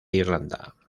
irlanda